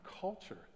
culture